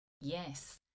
Yes